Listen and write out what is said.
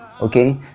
Okay